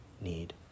need